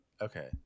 Okay